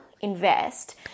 invest